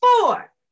four